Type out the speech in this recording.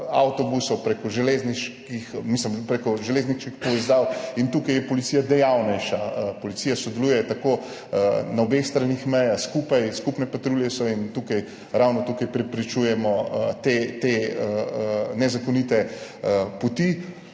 prek železniških povezav, in tukaj je policija dejavnejša. Policija tako sodeluje na obeh straneh meje skupaj, so skupne patrulje in ravno tukaj preprečujemo te nezakonite poti.